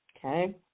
Okay